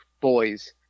boys